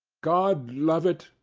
god love it,